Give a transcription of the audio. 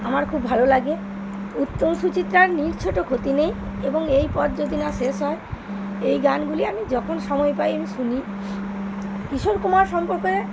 আমার খুব ভালো লাগে উত্তম সূচিত্রার নীড় ছোট ক্ষতি নেই এবং এই পথ যদি না শেষ হয় এই গানগুলি আমি যখন সময় পাই আমি শুনি কিশোর কুমার সম্পর্কে